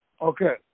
Okay